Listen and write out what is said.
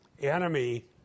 enemy